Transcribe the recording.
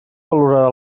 valorarà